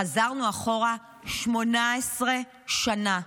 חזרנו אחורה 18 שנה: